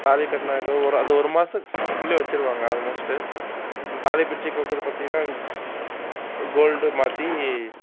தாலியை கட்டினாக்கா அது ஒரு மாசக்குள்ளேயே வச்சுருவாங்க ஆல்மோஸ்ட்டு தாலி பிரிச்சு கோக்கிறது பார்த்தீங்கன்னா ஒரு கோல்டு மாற்றி